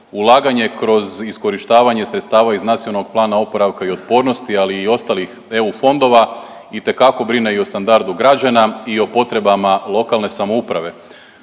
ulaganje kroz iskorištavanje sredstva iz NPOO-a, ali i ostalih EU fondova, itekako brine i o standardu građana i o potrebama lokalne samouprave.